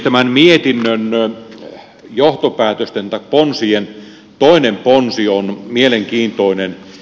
tämän mietinnön ponsien toinen ponsi on mielenkiintoinen